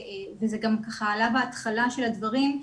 וזה גם עלה בהתחלה של הדברים,